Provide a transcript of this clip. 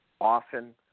often